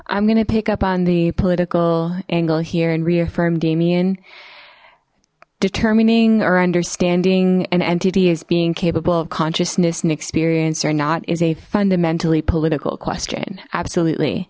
i'm gonna pick up on the political angle here and reaffirm damian determining or understanding an entity is being capable of consciousness and experience or not is a fundamentally political question absolutely